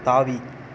தாவி